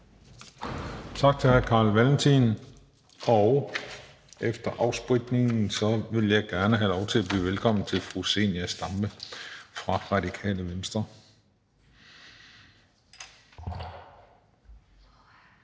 Tak til hr. Carl Valentin. Og efter afspritningen vil jeg gerne have lov til at byde velkommen til fru Zenia Stampe fra Radikale Venstre.